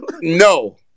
No